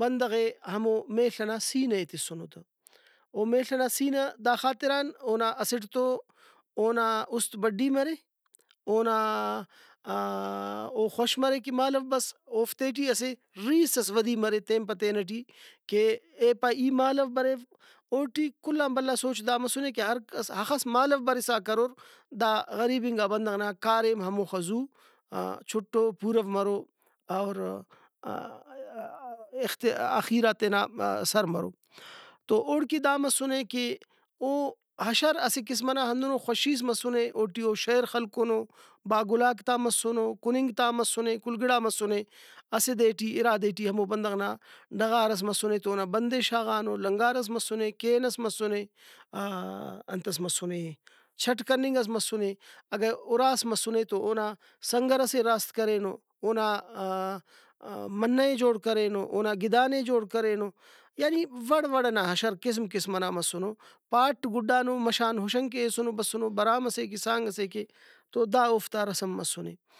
بندغے ہمو میل ئنا سینہ ئے تسنوتہ۔ او میل ئنا سینہ دا خاطران اونا اسٹ تو اونا اُست بڈی مرے اونا او خوش مرے کہ مالو بس اوفتے ٹی اسہ رِیس ئس ودی مرے تین پہ تین ٹی کہ اے پائے ای مالو بریو اوٹی کُل آن بھلا سوچ دا مسُنے کہ ہرکس ہخس مالو برسا کرور دا غریبنگا بندغ نا کاریم ہموخہ زو چُٹو پُورو مرو اور اخیرا تینا سر مرو۔ تو اوڑکہ دا مسُنے کہ او اشر اسہ قسم ئنا ہندنو خوشیس مسُنے اوٹی او شیئر خلکُنو باگلاک تا مسُنو کُننگ تا مسُنے کل گڑا مسُنے اسہ دے ٹی اِرا دے ٹی ہمو بندغ نا ڈغارس مسنے تو اونا بندے شاغانو لنگار ئس مسُنے کین ئس مسُنے انتس مسُنے چھٹ کننگ ئس مسُنے اگہ اُراس تو اونا سنگرسے راست کرینو اونا منہ ئے جوڑ کرینو اونا گِدانے جوڑ کرینو یعنی وڑ وڑ ئنا اشر قسم قسم ئنا مسنو پاٹ گُڈانو مش آن ہُشنگ کہ ہیسُنو بسنو برام سے کہ سانگ سے کہ تو دا اوفتا رسم مسُنے